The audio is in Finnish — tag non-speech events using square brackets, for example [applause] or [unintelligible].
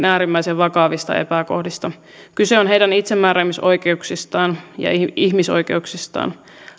[unintelligible] äärimmäisen vakavista epäkohdista kyse on heidän itsemääräämisoikeuksistaan ja ihmisoikeuksistaan